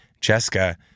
Jessica